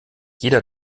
jeder